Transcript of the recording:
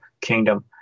kingdom